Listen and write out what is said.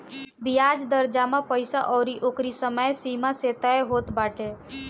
बियाज दर जमा पईसा अउरी ओकरी समय सीमा से तय होत बाटे